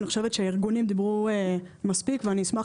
אני חושבת שהארגונים דיברו מספיק ואשמח